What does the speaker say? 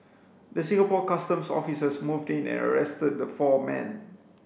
the Singapore Customs officers moved in and arrested the four men